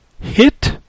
Hit